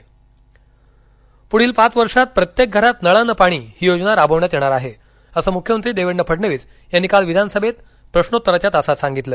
प्रश्वोत्तर विधानसभा पुढील पाच वर्षात प्रत्येक घरात नळानं पाणी ही योजना राबविण्यात येणार आहे असं मुख्यमंत्री देवेंद्र फडणवीस यांनी काल विधानसभेत प्रश्रोत्तराच्या तासात सांगितलं